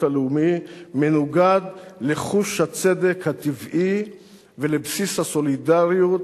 הלאומי מנוגד לחוש הצדק הטבעי ולבסיס הסולידריות